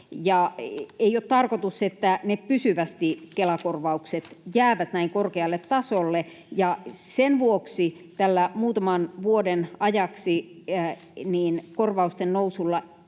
ei ole tarkoitus, että pysyvästi Kela-korvaukset jäävät näin korkealle tasolle. Sen vuoksi tällä korvausten nousulla